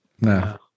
No